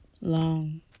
Long